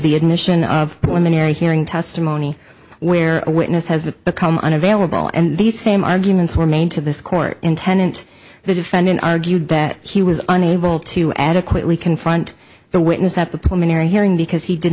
the admission of women in a hearing testimony where a witness has become unavailable and these same arguments were made to this court intendant the defendant argued that he was unable to adequately confront the witness at the pulmonary hearing because he did